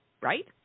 right